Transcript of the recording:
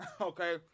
okay